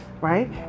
right